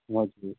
हजुर